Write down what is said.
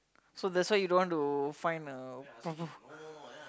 so that's why you don't want to find a proper